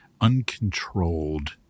uncontrolled